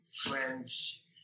friends